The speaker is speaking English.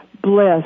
bliss